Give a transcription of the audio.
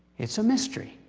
it's a mystery,